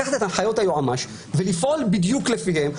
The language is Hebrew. לקחת את הנחיות היועץ המשפטי ולפעול בדיוק לפיהם.